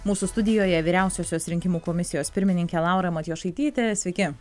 mūsų studijoje vyriausiosios rinkimų komisijos pirmininkė laura matjošaitytė sveiki